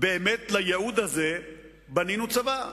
לייעוד הזה בנינו צבא?